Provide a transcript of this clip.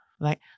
right